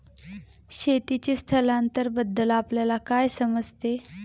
शेतीचे स्थलांतरबद्दल आपल्याला काय समजते?